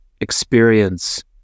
experience